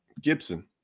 Gibson